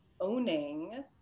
owning